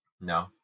No